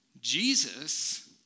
Jesus